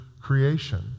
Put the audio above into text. creation